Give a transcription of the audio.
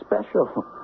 special